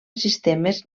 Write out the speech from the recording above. sistemes